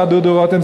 דודו רותם,